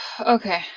Okay